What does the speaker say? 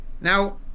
Now